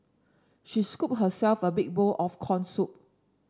she scooped herself a big bowl of corn soup